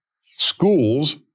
schools